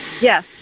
Yes